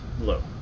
Low